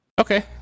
Okay